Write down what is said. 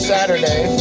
Saturday